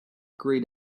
grayed